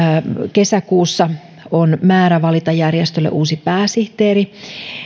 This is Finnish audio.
kesäkuussa on määrä valita järjestölle uusi pääsihteeri